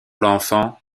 l’enfant